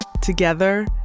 Together